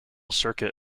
circuit